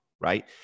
right